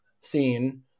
scene